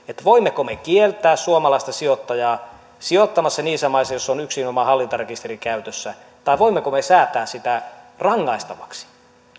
voimmeko me kieltää suomalaista sijoittajaa sijoittamasta niissä maissa joissa on yksinomaan hallintarekisteri käytössä tai voimmeko me säätää sen rangaistavaksi